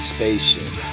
Spaceship